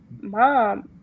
mom